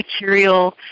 material